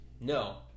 no